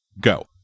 go